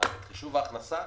חישוב ההכנסה,